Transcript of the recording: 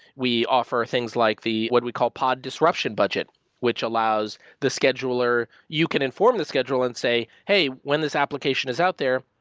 we offer things like what we call pod disruption budget which allows the scheduler you can inform the schedule and say, hey, when this application is out there,